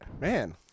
Man